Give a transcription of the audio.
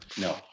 No